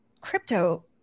crypto